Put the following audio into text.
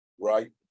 right